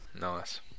Nice